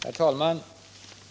Herr talman!